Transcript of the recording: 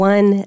One